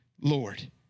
Lord